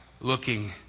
Looking